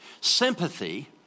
Sympathy